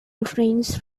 refrains